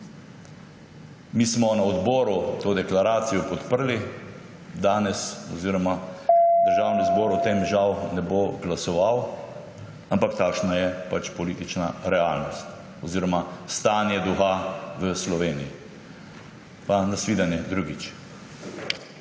Mi smo na odboru to deklaracijo podprli. Danes državni zbor o tem žal ne bo glasoval, ampak takšna je pač politična realnost oziroma stanje duha v Sloveniji. Pa nasvidenje drugič.